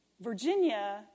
Virginia